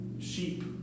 sheep